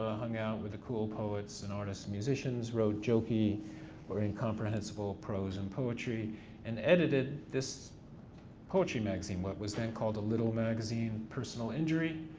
ah hung out with the cool poets and artists, musicians, wrote jokey or incomprehensible prose and poetry and edited this poetry magazine, what was then called little magazine, personal injury.